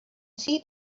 see